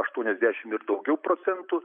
aštuoniasdešimt ir daugiau procentų